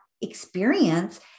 experience